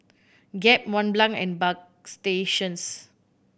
Gap Mont Blanc and Bagstationz